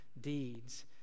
deeds